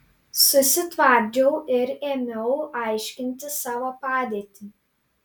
susitvardžiau ir ėmiau aiškinti savo padėtį